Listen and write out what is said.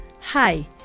Hi